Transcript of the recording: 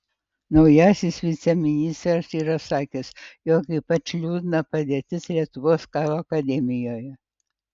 naujasis viceministras yra sakęs jog ypač liūdna padėtis lietuvos karo akademijoje